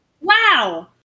Wow